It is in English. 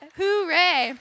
hooray